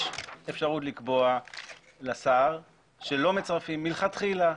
לשר יש אפשרות לקבוע שלא מצרפים מלכתחילה.